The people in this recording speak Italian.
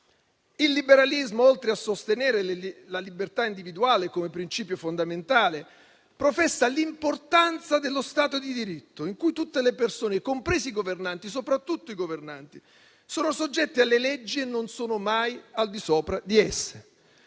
Il liberalismo, oltre a sostenere la libertà individuale come principio fondamentale, professa l'importanza dello Stato di diritto in cui tutte le persone, compresi i governanti e soprattutto i governanti, sono soggetti alle leggi e non sono mai al di sopra di esse.